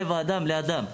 כן לב האדם לאדם".